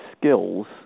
skills